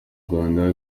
rwanda